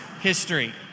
history